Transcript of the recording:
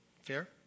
Fair